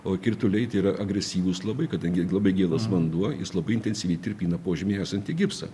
o krituliai tai yra agresyvūs labai kadangi labai gėlas vanduo jis labai intensyviai tirpina požėmy esantį gipsą